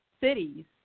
cities